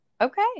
Okay